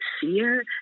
fear